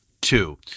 two